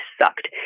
sucked